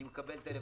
אני מקבל טלפונים,